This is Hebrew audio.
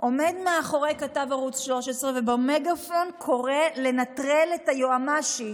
עומד מאחורי כתב ערוץ 13 ובמגפון קורא: לנטרל את היועמ"שית.